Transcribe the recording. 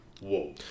whoa